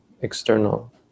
external